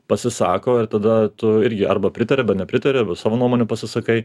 pasisako ir tada tu irgi arba pritari arba nepritari arba savo nuomonę pasisakai